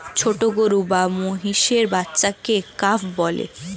ছোট গরু বা মহিষের বাচ্চাকে কাফ বলে